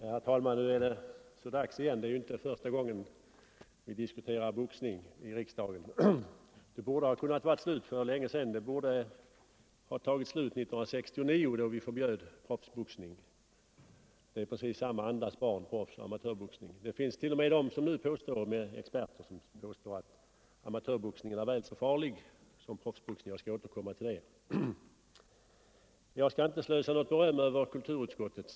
Herr talman! Nu är det så dags igen, det är ju inte första gången vi diskuterar boxning i riksdagen. Det borde ha varit slut för länge sedan, det borde ha tagit slut 1969 då vi förbjöd proffsboxningen. Proffsoch amatörboxning är i princip samma andas barn. Det finns t.o.m. experter som påstår att amatörboxningen är väl så farlig som proffsboxningen. Jag skall återkomma till det. Jag skall sannerligen inte slösa något beröm på kulturutskottet.